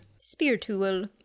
Spiritual